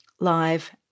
Live